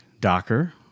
Docker